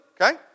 okay